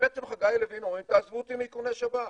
ובעצם חגי לוין אומר: תעזבו אותי מאיכוני שב"כ.